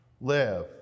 live